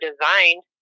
designed